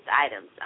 items